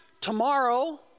tomorrow